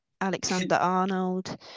Alexander-Arnold